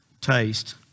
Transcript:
taste